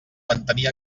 mantenir